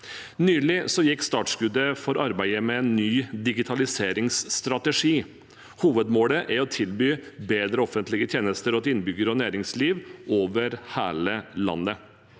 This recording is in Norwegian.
Nylig gikk startskuddet for arbeidet med en ny digitaliseringsstrategi. Hovedmålet er å tilby bedre offentlige tjenester til innbyggere og næringsliv over hele landet.